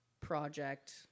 project